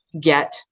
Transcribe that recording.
get